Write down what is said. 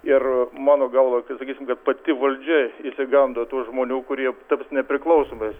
ir mano galva kai sakysim kad pati valdžia išsigando tų žmonių kurie taps nepriklausomais